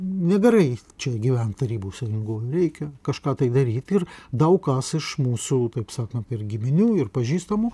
nebereik čia gyvent tarybų sąjungoje reikia kažką tai daryti ir daug kas iš mūsų taip sakant ir giminių ir pažįstamų